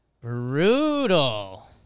Brutal